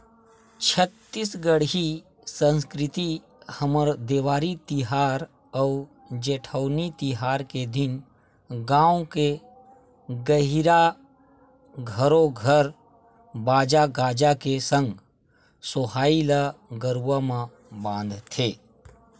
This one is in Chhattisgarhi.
छत्तीसगढ़ी संस्कृति हमर देवारी तिहार अउ जेठवनी तिहार के दिन गाँव के गहिरा घरो घर बाजा गाजा के संग सोहई ल गरुवा म बांधथे